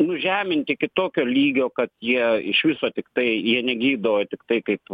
nužeminti iki tokio lygio kad jie iš viso tiktai jie negydo o tiktai kaip